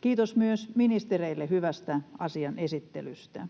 Kiitos myös ministereille hyvästä asian esittelystä.